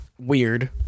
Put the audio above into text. weird